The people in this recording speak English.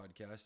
podcast